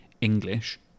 English